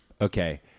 Okay